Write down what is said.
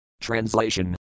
Translation